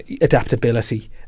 Adaptability